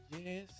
Yes